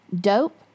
Dope